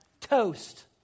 Toast